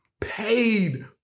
Paid